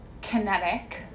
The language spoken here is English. kinetic